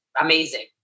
amazing